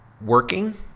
Working